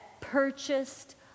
purchased